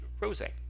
Rosé